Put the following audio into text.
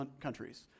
countries